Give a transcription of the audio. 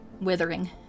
withering